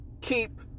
keep